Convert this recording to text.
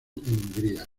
hungría